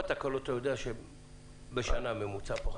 תקלות יש בשנה בממוצע?